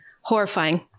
horrifying